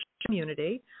Community